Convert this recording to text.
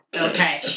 Okay